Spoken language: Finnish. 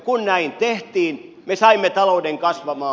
kun näin tehtiin me saimme talouden kasvamaan